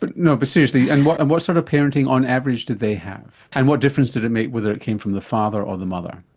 but you know but seriously, and what and what sort of parenting on average did they have and what difference did it make whether it came from the father or the mother?